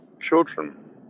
children